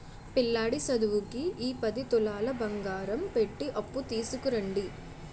పిల్లాడి సదువుకి ఈ పది తులాలు బంగారం పెట్టి అప్పు తీసుకురండి